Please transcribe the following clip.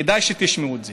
כדאי שתשמעו את זה.